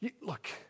Look